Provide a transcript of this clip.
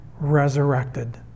resurrected